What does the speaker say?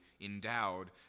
endowed